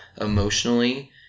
emotionally